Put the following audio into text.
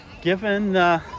given